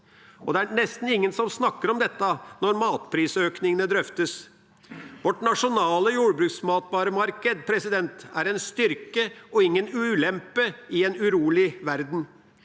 Det er nesten ingen som snakker om dette når matprisøkningene drøftes. Vårt nasjonale jordbruksmatvaremarked er en styrke og ingen ulempe i en urolig verden.